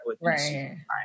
Right